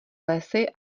lesy